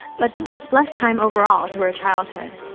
but devotes less time overall to her childhood.